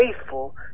faithful